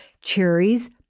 cherries